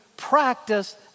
Practice